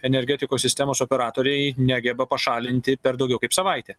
energetikos sistemos operatoriai negeba pašalinti per daugiau kaip savaitę